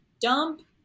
dump